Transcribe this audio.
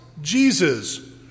jesus